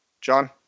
John